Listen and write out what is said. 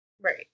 Right